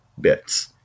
bits